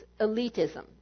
elitism